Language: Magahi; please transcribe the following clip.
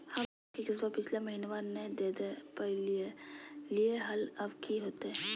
हम लोन के किस्तवा पिछला महिनवा नई दे दे पई लिए लिए हल, अब की होतई?